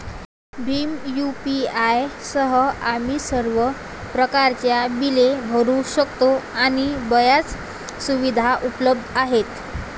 Bhim UPI सह, आम्ही सर्व प्रकारच्या बिले भरू शकतो आणि बर्याच सुविधा उपलब्ध आहेत